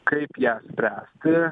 kaip ją spręsti